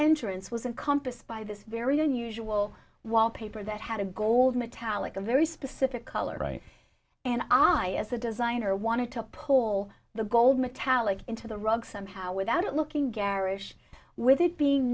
entrance was encompassed by this very unusual wallpaper that had a gold metallic a very specific color right and i as a designer wanted to pull the gold metallic into the rug somehow without it looking garish with it being